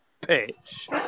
pitch